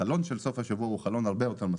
החלון של סוף השבוע הוא חלון הרבה יותר גדול,